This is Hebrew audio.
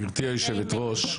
גברתי יושבת הראש,